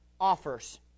offers